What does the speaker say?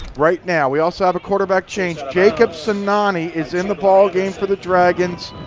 right now, we also have a quarterback change. jakup sinani is in the ballgame for the dragons.